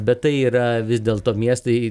bet tai yra vis dėl to miestai